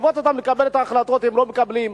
הם לא מקבלים.